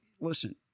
listen